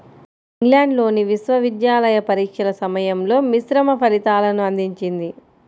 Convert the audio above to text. ఇంగ్లాండ్లోని విశ్వవిద్యాలయ పరీక్షల సమయంలో మిశ్రమ ఫలితాలను అందించింది